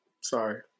sorry